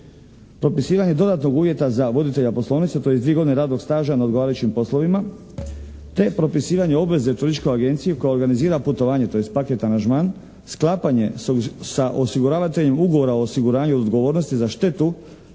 Propisivanje dodatnog uvjeta za voditelja poslovnice, tj. tri godine radnoga staža na odgovarajućim poslovima, te propisivanje obveze turističkoj agenciji koja organizira putovanje, tj. paket aranžman, sklapanje sa osiguravateljem ugovora o osiguranju odgovornosti za štetu